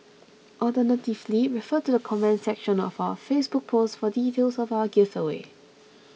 alternatively refer to the comments section of our Facebook post for details of our giveaway